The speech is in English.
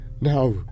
now